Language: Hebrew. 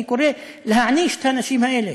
אני קורא להעניש את האנשים האלה.